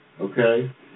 Okay